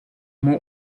more